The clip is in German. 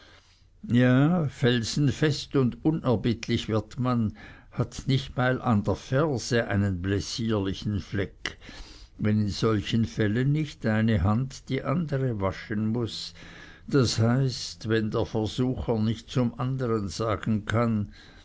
ja felsenfest und unerbittlich wird man hat nicht einmal an der ferse einen blessierlichen fleck wenn in solchen fällen nicht eine hand die andere waschen muß das heißt wenn der versucher nicht zum andern sagen kann